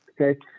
Okay